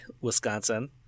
Wisconsin